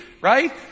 right